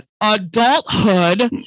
adulthood